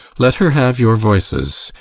let her have your voices.